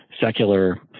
secular